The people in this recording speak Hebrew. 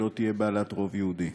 היא לא תהיה בעלת רוב יהודי.